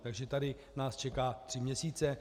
Takže tady nás čeká tři měsíce.